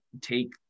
take